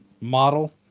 model